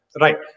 right